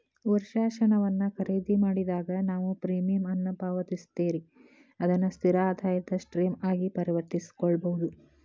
ವರ್ಷಾಶನವನ್ನ ಖರೇದಿಮಾಡಿದಾಗ, ನೇವು ಪ್ರೇಮಿಯಂ ಅನ್ನ ಪಾವತಿಸ್ತೇರಿ ಅದನ್ನ ಸ್ಥಿರ ಆದಾಯದ ಸ್ಟ್ರೇಮ್ ಆಗಿ ಪರಿವರ್ತಿಸಕೊಳ್ಬಹುದು